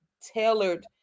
tailored